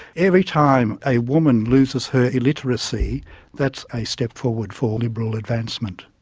every time a woman loses her illiteracy that's a step forward for liberal advancement.